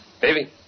Baby